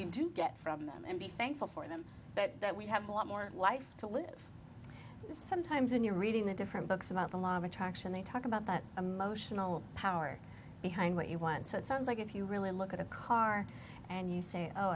we do get from them and be thankful for them that we have a lot more life to live sometimes when you're reading the different books about the law of attraction they talk about that emotional power behind what he once said sounds like if you really look at a car and you say oh